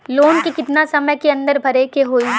Loan के कितना समय के अंदर भरे के होई?